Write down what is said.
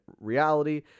reality